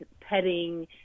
petting